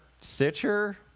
Stitcher